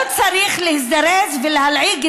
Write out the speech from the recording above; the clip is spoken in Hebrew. לא צריך להזדרז ולהלעיג,